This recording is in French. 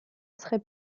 serait